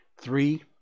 Three